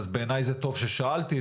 בעיני זה טוב ששאלתי,